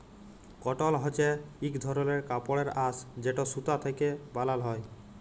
কটল হছে ইক ধরলের কাপড়ের আঁশ যেট সুতা থ্যাকে বালাল হ্যয়